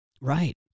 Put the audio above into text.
Right